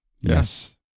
Yes